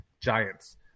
Giants